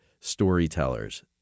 storytellers